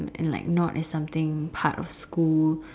and like not as something part of school